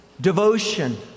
devotion